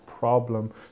Problem